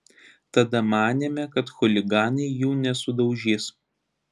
tada manėme kad chuliganai jų nesudaužys